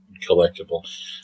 collectible